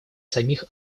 самих